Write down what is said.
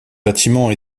bâtiments